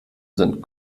sind